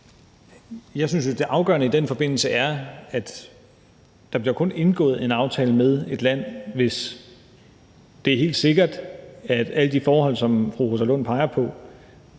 Jeg synes jo, det afgørende i den forbindelse er, at der kun bliver indgået en aftale med et land, hvis det er helt sikkert, at alle de forhold, som fru Rosa Lund peger på,